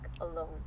alone